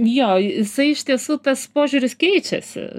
jo jisai iš tiesų tas požiūris keičiasi